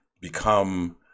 become